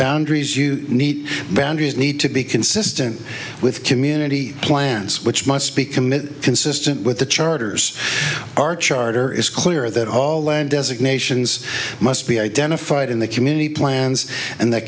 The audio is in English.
boundaries you need boundaries need to be consistent with community plants which must be committed consistent with the charters our charter is clear that all land designations must be identified in the community plans and the